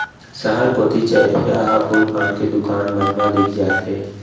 सहर कोती चरिहा ह फूल पान के दुकान मन मा दिख जाथे